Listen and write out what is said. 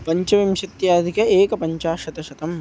पञ्चविंशत्यधिकं एकपञ्चाशत् शतम्